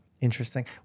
Interesting